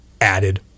added